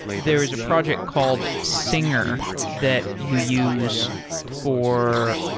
there is a project called singer that you use for,